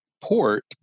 port